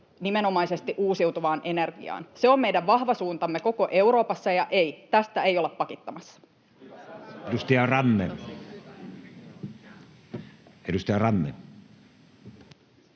nimenomaisesti uusiutuvaan energiaan. Se on meidän vahva suuntamme koko Euroopassa. Ja ei, tästä ei olla pakittamassa. [Speech